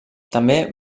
també